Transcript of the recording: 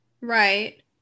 Right